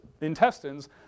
intestines